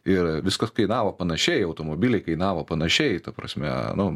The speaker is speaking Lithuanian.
ir viskas kainavo panašiai automobiliai kainavo panašiai ta prasme nu